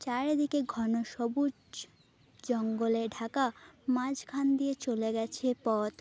চারিদিকে ঘন সবুজ জঙ্গলে ঢাকা মাঝখান দিয়ে চলে গেছে পথ